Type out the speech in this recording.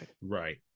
Right